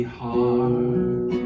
heart